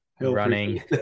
running